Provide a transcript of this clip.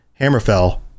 Hammerfell